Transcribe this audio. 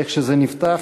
איך שזה נפתח,